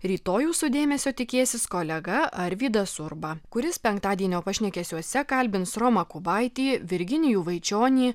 rytoj jūsų dėmesio tikėsis kolega arvydas urba kuris penktadienio pašnekesiuose kalbins romą kubaitį virginijų vaičionį